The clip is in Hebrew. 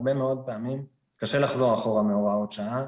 הרבה מאוד פעמים קשה לחזור אחורה מהוראות שעה.